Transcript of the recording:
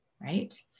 right